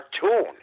cartoon